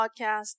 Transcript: Podcast